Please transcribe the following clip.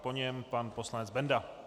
Po něm pan poslanec Benda.